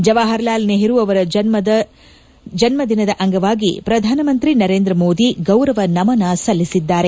ಜವಾಹರಲಾಲ್ ನೆಹರು ಅವರ ಜನ್ಮದ ದಿನದ ಅಂಗವಾಗಿ ಪ್ರಧಾನಿ ನರೇಂದ್ರ ಮೋದಿ ಗೌರವ ನಮನ ಸಲ್ಲಿಸಿದ್ದಾರೆ